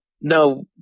no